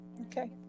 Okay